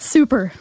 Super